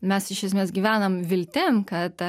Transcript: mes iš esmės gyvenam viltim kad